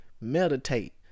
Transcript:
Meditate